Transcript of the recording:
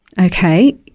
okay